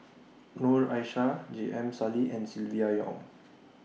Noor Aishah J M Sali and Silvia Yong